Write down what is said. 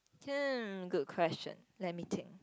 hmm good question let me think